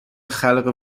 خلق